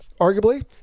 Arguably